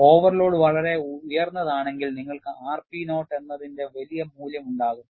overload വളരെ ഉയർന്നതാണെങ്കിൽ നിങ്ങൾക്ക് rp നോട്ട് എന്നതിന്റെ വലിയ മൂല്യമുണ്ടാകും